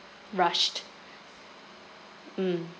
rushed mm